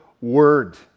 word